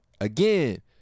again